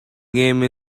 game